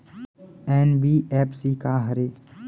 NBFC का हरे?